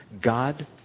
God